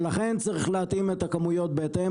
ולכן צריך להתאים את הכמויות בהתאם,